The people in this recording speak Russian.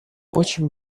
очень